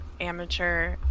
amateur